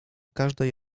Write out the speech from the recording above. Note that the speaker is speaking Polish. każdej